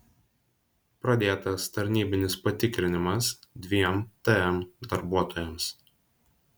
pradėtas tarnybinis patikrinimas dviem tm darbuotojams